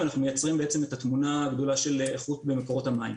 ואנחנו מייצרים בעצם את התמונה הגדולה של איכות במקומות המים.